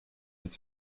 its